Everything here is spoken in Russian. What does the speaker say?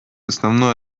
основное